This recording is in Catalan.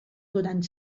durant